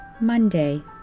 Monday